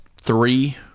three